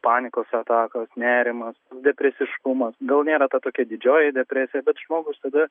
panikos atakos nerimas depresiškumas gal nėra ta tokia didžioji depresija bet žmogus tada